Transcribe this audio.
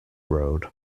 road